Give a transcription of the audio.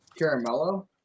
caramello